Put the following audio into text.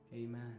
Amen